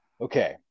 okay